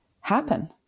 happen